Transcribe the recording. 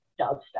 dubstep